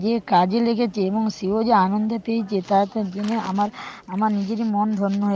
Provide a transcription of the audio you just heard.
যে কাজে লেগেজে এবং সেও যে আনন্দ পেয়েছে তা তা জেনে আমার আমার নিজেরই মন ধন্য হয়ে